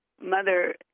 mother